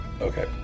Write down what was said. Okay